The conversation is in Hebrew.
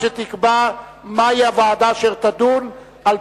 שתקבע מהי הוועדה אשר תדון בה.